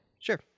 Sure